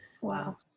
Wow